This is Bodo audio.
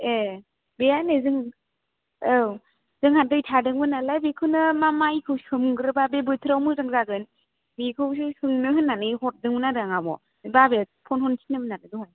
ए गैयानै जों औ जोंहा दै थादोंमोन नालाय बेखौनो मा माइखौ सोमग्रोबा बे बोथोराव मोजां जागोन बेखौसो सोंनो होननानै हरदोंमोन आरो आङो आब' बाबाया फन हरनो थिनदोंमोन नालाय दहाय